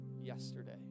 yesterday